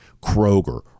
kroger